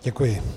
Děkuji.